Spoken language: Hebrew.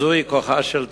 וזהו כוחה של תפילה.